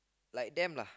like them lah